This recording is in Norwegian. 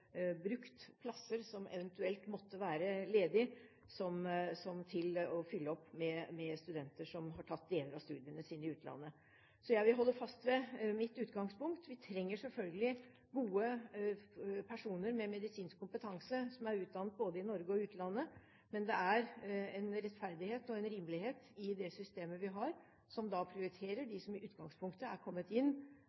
brukt plasser som eventuelt måtte være ledige, til å fylle opp med studenter som har tatt deler av studiene sine i utlandet. Så jeg vil holde fast ved mitt utgangspunkt. Vi trenger selvfølgelig gode personer med medisinsk kompetanse, som er utdannet både i Norge og utlandet, men det er en rettferdighet og en rimelighet i det systemet vi har, som prioriterer